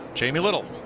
jamie little.